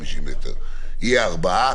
יהיו ארבעה,